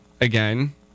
again